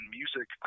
music